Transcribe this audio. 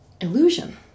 Illusion